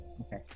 Okay